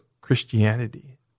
Christianity